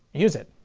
use it.